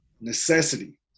necessity